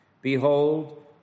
Behold